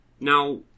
Now